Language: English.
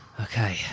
Okay